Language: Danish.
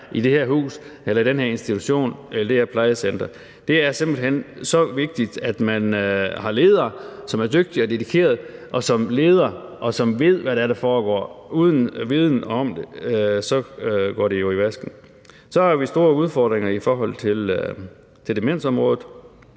i det her hus, i den her institution eller i det her plejecenter. Det er simpelt hen så vigtigt, at man har ledere, som er dygtige og dedikerede, som leder, og som ved, hvad det er, der foregår. For uden viden om det går det jo i vasken. Vi har også store udfordringer i forhold til demensområdet,